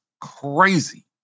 crazy